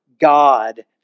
God